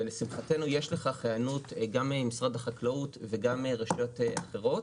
ולשמחנו יש לכך היענות גם ממשרד החקלאות וגם מרשויות אחרות,